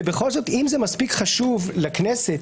ואם זה מספיק חשוב לכנסת,